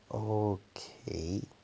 okay